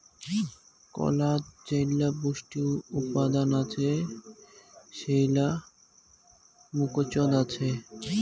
কলাত যেইলা পুষ্টি উপাদান আছে সেইলা মুকোচত আছে